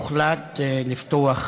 והוחלט לפתוח